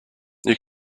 you